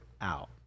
out